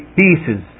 pieces